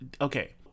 Okay